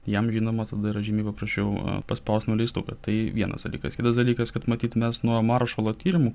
jam žinoma tada yra žymiai paprasčiau paspaust nuleistuką tai vienas dalykas kitas dalykas kad matyt mes nuo maršalo tyrimų